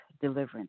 deliverance